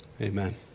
Amen